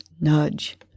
nudge